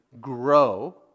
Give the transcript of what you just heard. grow